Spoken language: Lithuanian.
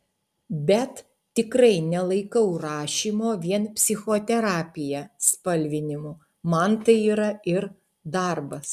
bet tikrai nelaikau rašymo vien psichoterapija spalvinimu man tai yra ir darbas